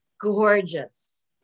gorgeous